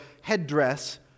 headdress